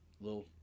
little